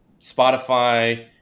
Spotify